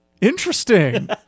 Interesting